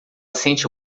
sente